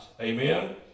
amen